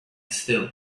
still